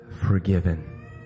forgiven